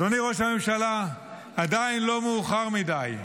אדוני ראש הממשלה, עדיין לא מאוחר מדי.